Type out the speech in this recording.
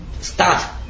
start